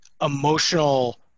emotional